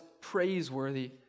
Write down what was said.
praiseworthy